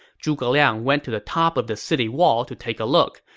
zhuge liang went to the top of the city wall to take a look,